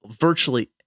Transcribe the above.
virtually